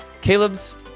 Caleb's